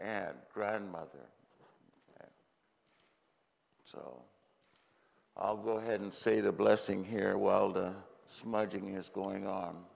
and grandmother so i'll go ahead and say the blessing here while the smudging is going on